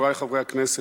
חברי חברי הכנסת,